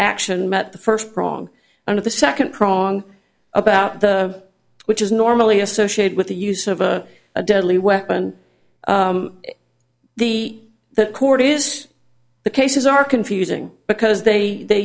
action met the first prong of the second prong about the which is normally associated with the use of a deadly weapon the the court is the cases are confusing because they